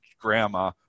grandma